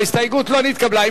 ההסתייגות לא נתקבלה.